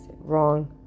wrong